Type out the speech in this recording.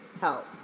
help